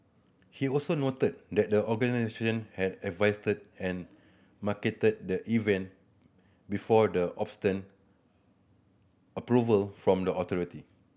he also noted that the organiser had advertised and marketed the event before the obtained approval from the authority